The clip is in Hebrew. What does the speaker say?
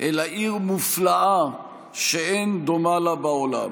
אלא עיר מופלאה שאין דומה לה בעולם.